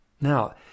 Now